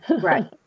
Right